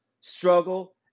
struggle